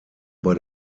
bei